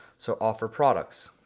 so offer products,